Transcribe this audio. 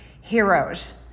heroes